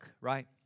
right